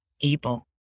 able